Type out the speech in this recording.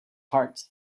heart